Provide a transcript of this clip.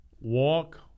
Walk